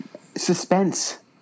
suspense